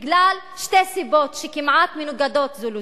בגלל שתי סיבות שכמעט מנוגדות זו לזו.